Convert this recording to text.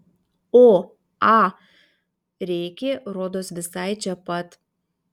o a rėkė rodos visai čia pat